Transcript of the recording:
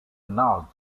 north